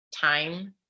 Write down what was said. time